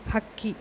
ಹಕ್ಕಿ